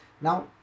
Now